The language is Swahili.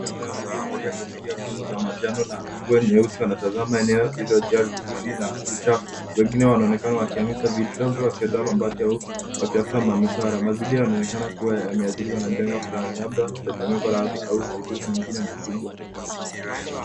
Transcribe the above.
...kadhaa waliovalia kofia ngumu za manjano na nguo nyeusi wanatazama eneo lililojaa vifusi na uchafu. Wengine wanaonekana wakionyesha vitu labda wakiondoa mabati au kutafuta manusura. Mazingira yanaonekana kuwa yameadhiriwa na janga fulani labda tetemeko la ardhi au uharibifu mwingine mkubwa.